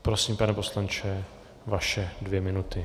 Prosím, pane poslanče, vaše dvě minuty.